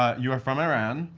ah you are from iran.